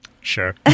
Sure